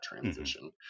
transition